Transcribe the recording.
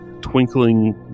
twinkling